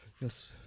Yes